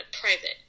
private